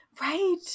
right